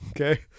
Okay